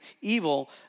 evil